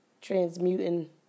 Transmuting